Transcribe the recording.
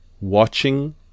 watching